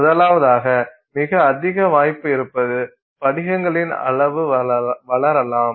முதலாவதாக மிக அதிக வாய்ப்பு இருப்பது படிகங்களின் அளவு வளரலாம்